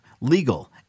legal